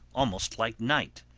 almost like night.